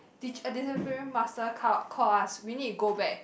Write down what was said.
teach~ discipline master call call us we need to go back